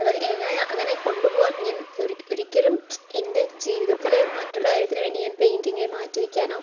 അത് എങ്ങനെ അങ്ങനെ കൊണ്ട് പോകാൻ ഞാൻ ഒരിക്കലും എൻ്റെ ജീവിതത്തിലെ മറ്റുള്ള കാര്യത്തിന് വേണ്ടി ഞാൻ പെയിൻറിംഗ് മാറ്റി വെയ്ക്കാനോ